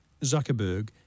Zuckerberg